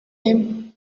him